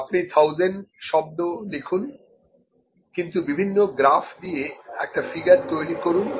আপনি 1000 শব্দ লিখুন কিন্তু বিভিন্ন গ্রাফ দিয়ে একটা ফিগার তৈরি করুন